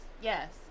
yes